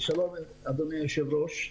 אדוני היושב-ראש,